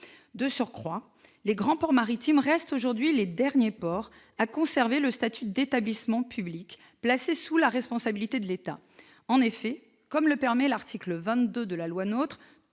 De surcroît, les grands ports maritimes restent aujourd'hui les derniers ports à conserver le statut d'établissements publics placés sous la responsabilité de l'État. En effet, comme le permet l'article 22 de la loi du